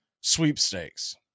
sweepstakes